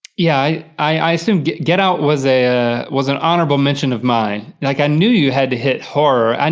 yeah, i assumed, get get out was a was an honorable mention of mine. like i knew you had to hit horror, and